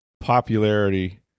popularity